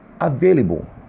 available